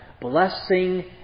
blessing